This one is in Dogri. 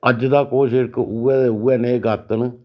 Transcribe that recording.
ते अज्ज तक ओह् शिड़क उ'यै दी उ'यै नेह् गत्त न